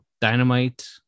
Dynamite